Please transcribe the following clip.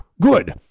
good